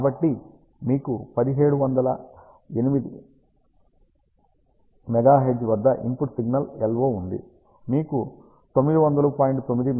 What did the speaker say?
కాబట్టి మీకు 1708 MHz వద్ద ఇన్పుట్ సిగ్నల్ LO ఉంది